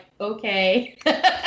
okay